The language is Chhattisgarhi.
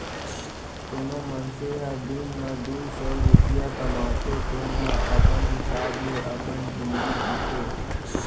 कोनो मनसे ह दिन म दू सव रूपिया कमाथे तेन ह अपन हिसाब ले अपन जिनगी जीथे